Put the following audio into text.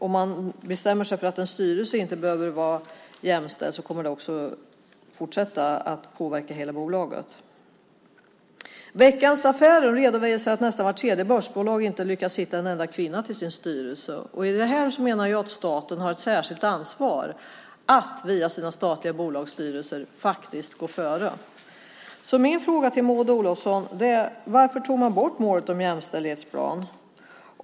Om man bestämmer sig för att en styrelse inte behöver vara jämställd kommer det att fortsätta att påverka hela bolaget. Veckans Affärer redovisar att nästan vart tredje börsbolag inte har lyckats hitta en enda kvinna till sin styrelse. Jag menar att staten har ett särskilt ansvar i detta sammanhang att via sina statliga bolagsstyrelser faktiskt gå före. Min fråga till Maud Olofsson är: Varför tog man bort målet om en jämställdhetsplan?